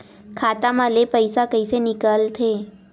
खाता मा ले पईसा कइसे निकल थे?